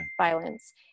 violence